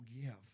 give